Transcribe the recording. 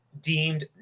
deemed